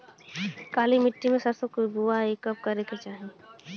काली मिट्टी में सरसों के बुआई कब करे के चाही?